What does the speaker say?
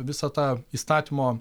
visa ta įstatymo